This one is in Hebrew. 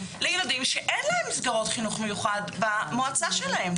לילדים שאין להם מסגרות חינוך מיוחד במועצה שלהם.